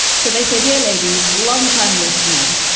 so they say, dear ladies, long time listener.